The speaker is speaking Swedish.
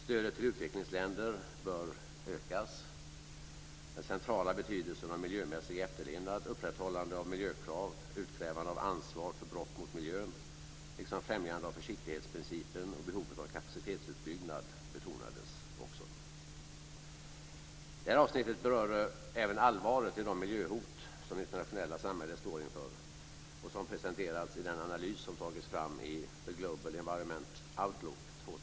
Stödet till utvecklingsländer bör ökas. Den centrala betydelsen av efterlevnad när det gäller miljön, upprätthållande av miljökrav, utkrävande av ansvar för brott mot miljön liksom främjande av försiktighetsprincipen och behovet av kapacitetsutbyggnad betonades också. Det här avsnittet berör även allvaret i de miljöhot som det internationella samhället står inför och som har presenterats i den analys som har tagits fram i The Global Environment Outlook 2000.